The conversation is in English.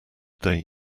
they